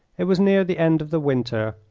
it was near the end of the winter,